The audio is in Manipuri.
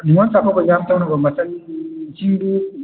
ꯅꯤꯡꯒꯣꯟ ꯆꯥꯛꯀꯧꯕ ꯌꯥꯝ ꯇꯧꯅꯕ ꯃꯆꯜꯁꯤꯡꯕꯨ